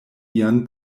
ian